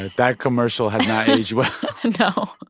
ah that commercial has not aged well and